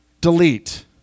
delete